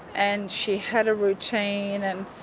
and she had a routine and